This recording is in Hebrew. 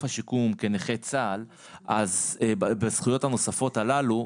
השיקום כנכי צה"ל בזכויות הנוספות הללו,